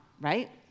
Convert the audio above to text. right